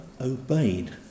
obeyed